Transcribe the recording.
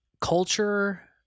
culture